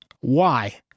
Why